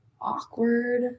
awkward